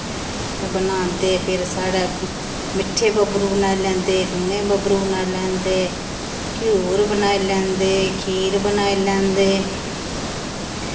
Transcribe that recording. बनांदे फिर साढ़ै मिट्ठे बब्बरू बनाई लैंदे लूने बब्बरू बनाई लैंदे घ्यूर बनाई लैंदे खीर बनाई लैंदे